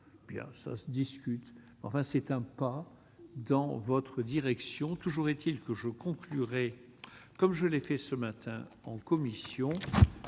ça se discute, enfin, c'est un pas dans votre direction, toujours est-il que je conclurai comme je l'ai fait ce matin en commission